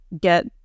get